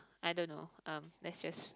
I don't know um let's just